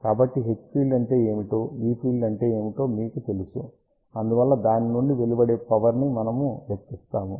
కాబట్టి H field అంటే ఏమిటో E ఫీల్డ్ అంటే ఏమిటో మీకుకు తెలుసు అందువల్ల దాని నుండి వెలువడే పవర్ ని మనము లెక్కిస్తాము